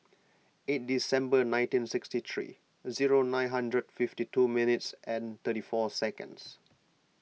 eight December nineteen sixty three zero nine hundred fifty two minute and thirty four secends